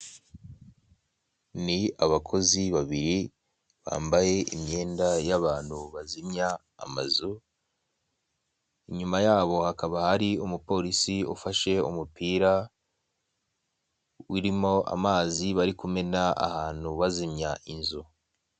Ni abakozi babiri bambaye, imyenda y'abantu bazimya amazu, inyuma yabo hakaba hari umupolisi ufashe umupira urimo amazi bari kumena ahantu bazimya inzu.